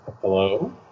Hello